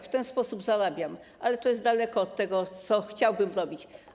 W ten sposób zarabiam, ale to jest dalekie od tego, co chciałbym robić.